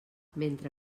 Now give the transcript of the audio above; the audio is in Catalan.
mentre